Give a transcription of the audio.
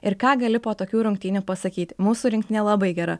ir ką gali po tokių rungtynių pasakyti mūsų rinktinė labai gera